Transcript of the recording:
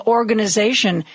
organization